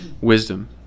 wisdom